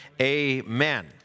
Amen